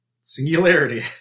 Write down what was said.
Singularity